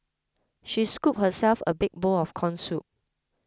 she scooped herself a big bowl of Corn Soup